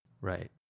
Right